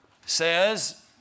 says